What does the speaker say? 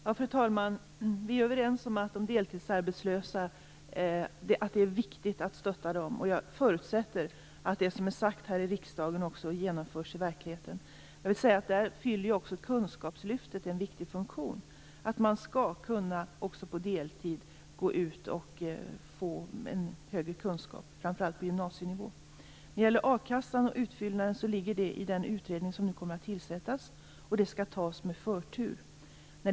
Fru talman! Vi är överens om att det är viktigt att stötta de deltidsarbetslösa. Jag förutsätter att det som är sagt här i riksdagen också genomförs i verkligheten. Kunskapslyftet fyller i detta sammanhang också en viktig funktion. Man skall även på deltid kunna gå ut och få en större kunskap, framför allt på gymnasienivå. Frågan om a-kassan och utfyllnaden kommer att ingå i arbetet för den utredning som nu kommer att tillsättas. Det skall ha förtur.